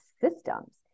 systems